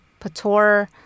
Pator